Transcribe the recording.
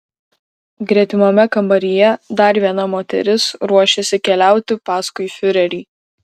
gretimame kambaryje dar viena moteris ruošėsi keliauti paskui fiurerį